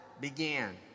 began